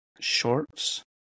shorts